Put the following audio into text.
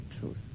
truth